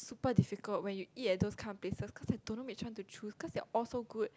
super difficult when you eat at those car places cause you don't know which one to choose they are all so good